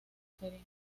serie